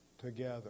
together